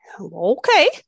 Okay